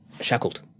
shackled